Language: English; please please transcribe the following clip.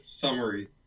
summary